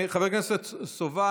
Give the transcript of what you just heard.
חבר כנסת סובה,